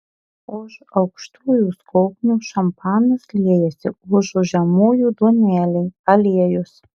už aukštųjų skobnių šampanas liejasi užu žemųjų duonelė aliejus